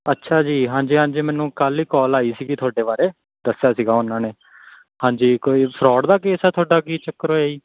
ਅੱਛਾ ਜੀ ਹਾਂਜੀ ਹਾਂਜੀ ਮੈਨੂੰ ਕੱਲ੍ਹ ਹੀ ਕੌਲ ਆਈ ਸੀਗੀ ਤੁਹਾਡੇ ਬਾਰੇ ਦੱਸਿਆ ਸੀਗਾ ਉਹਨਾਂ ਨੇ ਹਾਂਜੀ ਕੋਈ ਫਰੋਡ ਦਾ ਕੇਸ ਹੈ ਤੁਹਾਡਾ ਕੀ ਚੱਕਰ ਹੋਇਆ ਜੀ